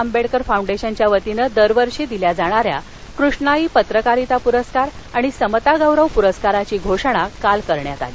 आंबह्कर फाऊंडश्विच्या वतीनविरवर्षी दिल्या जाणाऱ्या कृष्णाई पत्रकारिता पूरस्कार आणि समतागौरव पूरस्काराची घोषणा काल करण्यात आली